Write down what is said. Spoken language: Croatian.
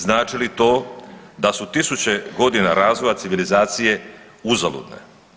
Znači li to da su tisuće godina razvoja civilizacije uzaludne.